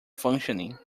functioning